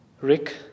rick